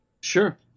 Sure